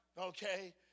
Okay